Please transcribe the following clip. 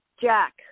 Jack